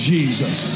Jesus